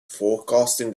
forecasting